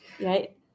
right